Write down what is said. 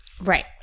Right